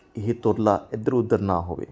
ਇਹ ਤੁਰਲਾ ਇੱਧਰ ਉੱਧਰ ਨਾ ਹੋਵੇ